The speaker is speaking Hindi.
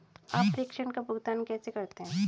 आप प्रेषण का भुगतान कैसे करते हैं?